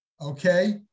Okay